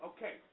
Okay